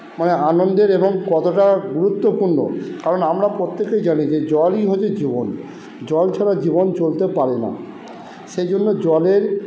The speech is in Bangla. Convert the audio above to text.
মানে আনন্দের এবং কতটা গুরুত্বপূর্ণ কারণ আমরা প্রত্যেকেই জানি যে জলই হচ্ছে জীবন জল ছাড়া জীবন চলতে পারে না সেই জন্য জলের